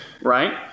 Right